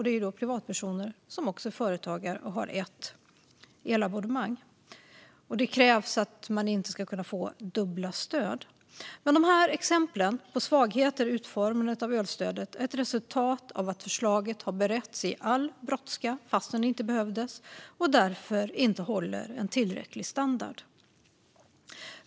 Det är privatpersoner som också är företagare och har ett elabonnemang. Och det krävs att man inte ska kunna få dubbla stöd. Men dessa exempel på svagheter i utformandet av elstödet är ett resultat av att förslaget har beretts i brådska, trots att det inte behövdes, och därför inte håller en tillräcklig standard.